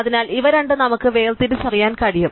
അതിനാൽ ഇവ രണ്ടും നമുക്ക് വേർതിരിച്ചറിയാൻ കഴിയും